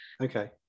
Okay